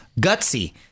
gutsy